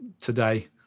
today